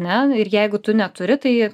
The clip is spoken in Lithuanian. ne ir jeigu tu neturi tai